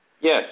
Yes